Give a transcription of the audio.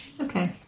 Okay